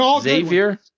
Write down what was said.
Xavier